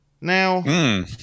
Now